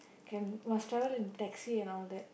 can must travel in taxi and all that